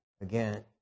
again